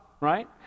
Right